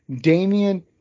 Damian